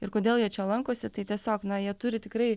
ir kodėl jie čia lankosi tai tiesiog na jie turi tikrai